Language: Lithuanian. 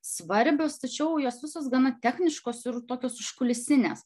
svarbios tačiau jos visos gana techniškos ir tokios užkulisinės